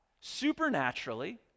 supernaturally